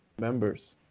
Members